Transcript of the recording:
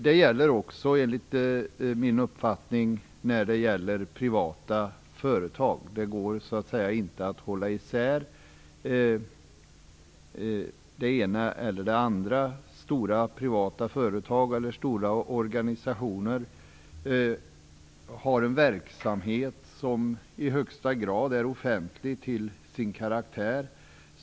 Det gäller också, enligt min uppfattning, för privata företag. Det går inte att så att säga hålla isär det ena eller det andra. Stora privata företag och stora organisationer har en verksamhet som i högsta grad är offentlig till sin karaktär.